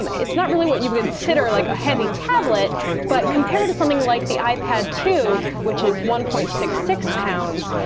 it's not really what you would consider like a heavy tablet but compared to something like the ipad two which is one point six six pounds,